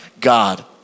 God